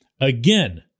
again